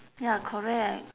ya correct